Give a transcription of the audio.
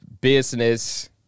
business